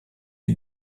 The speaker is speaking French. est